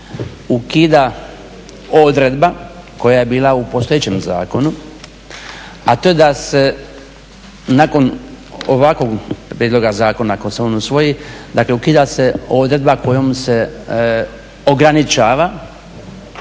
ukida odredba koja je bila u postojećem zakona a to je da se nakon ovakvog prijedloga zakona ako se on usvoji, dakle ukida se odredba kojom se ograničava